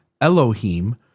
Elohim